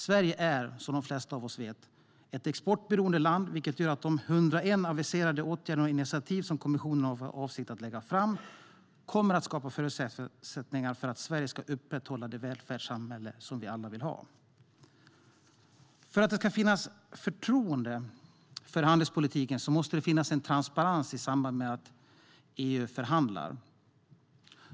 Sverige är, som de flesta av oss vet, ett exportberoende land, vilket gör att de 101 aviserade åtgärder och initiativ som kommissionen har för avsikt att lägga fram kommer att skapa förutsättningar för att Sverige ska kunna upprätthålla det välfärdssamhälle som vi alla vill ha. För att det ska finnas ett förtroende för handelspolitiken måste det finnas en transparens i samband med att EU förhandlar.